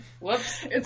Whoops